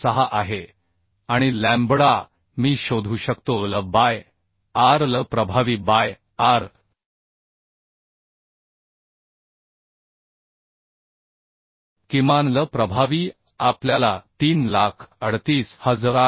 86 आहे आणि लॅम्बडा मी शोधू शकतो L बाय r L प्रभावी बाय r किमान L प्रभावी आपल्याला 338338